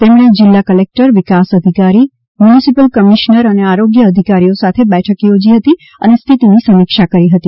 તેમણે જિલ્લા કલેકટર વિકાસ અધિકારી મ્યુનિસિપલ કમિશનર અને આરોગ્ય અધિકારીઓ સાથે બેઠક યોજી હતી અને સ્થિતિની સમીક્ષા કરી હતી